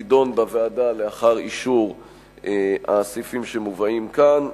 תידון בוועדה לאחר אישור הסעיפים שמובאים כאן.